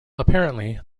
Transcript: apparently